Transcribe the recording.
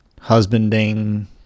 husbanding